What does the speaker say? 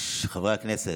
חברי הכנסת,